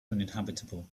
uninhabitable